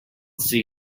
see